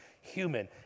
human